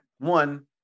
One